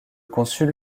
consul